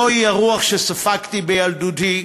זוהי הרוח שספגתי בילדותי,